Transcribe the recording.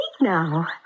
now